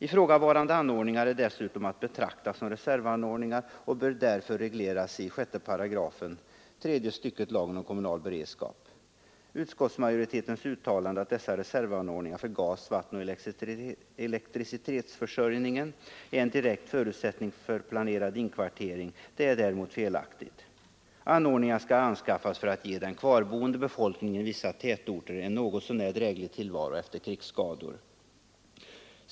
Ifrågavarande anordningar är dessutom att betrakta som reservanordningar, och saken bör därför regleras i 6 § tredje stycket lagen om kommunal beredskap. Utskottsmajoritetens uttalande att dessa reservanordningar för gas-, vattenoch elektricitetsförsörjning är en direkt förutsättning för planerad inkvartering är däremot felaktigt. Anordningarna skall anskaffas för att ge den kvarboende befolkningen i vissa tätorter en något så när dräglig tillvaro efter krigsskador.